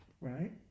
right